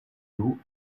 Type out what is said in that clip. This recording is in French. nous